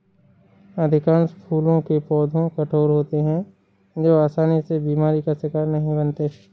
अधिकांश फूलों के पौधे कठोर होते हैं जो आसानी से बीमारी का शिकार नहीं बनते